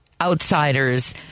outsiders